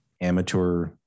amateur